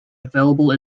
available